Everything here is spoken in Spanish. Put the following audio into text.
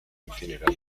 incinerado